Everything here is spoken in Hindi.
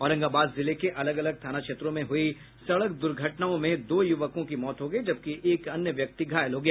औरंगाबाद जिले के अलग अलग थाना क्षेत्रों में हुई सड़क दुर्घटनाओं में दो युवकों की मौत हो गयी जबकि एक अन्य घायल हो गया